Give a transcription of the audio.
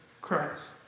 Christ